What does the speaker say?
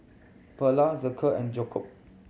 Pearla Zeke and Jakob